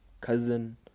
Cousin